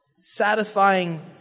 satisfying